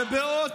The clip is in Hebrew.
ובעוד